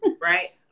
Right